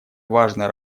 важная